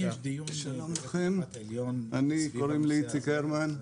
שלום לכם, קוראים לי איציק הרמן,